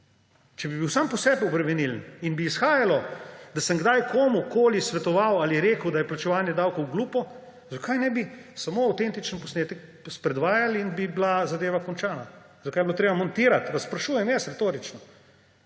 Če bi bil sam po sebi obremenilen in bi izhajalo, da sem kdaj komurkoli svetoval ali rekel, da je plačevanje davkov glupo, zakaj ne bi samo avtentičen posnetek predvajali in bi bila zadeva končana? Zakaj je bilo treba montirati? Sprašujem jaz, retorično.